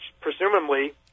presumably